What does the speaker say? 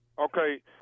Okay